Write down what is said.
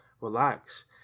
relax